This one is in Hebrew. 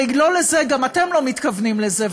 גם אתם לא מתכוונים לזה.